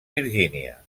virgínia